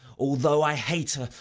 although i hate her,